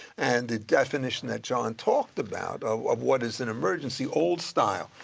and the definition that john talked about of of what is an emergency old-style,